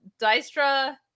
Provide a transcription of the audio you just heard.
Dystra